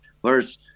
Whereas